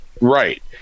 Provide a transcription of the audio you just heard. Right